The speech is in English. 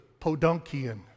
Podunkian